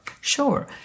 Sure